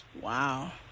Wow